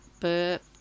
burp